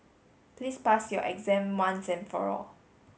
please pass your exam once and for all